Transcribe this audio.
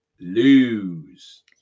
lose